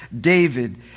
David